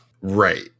right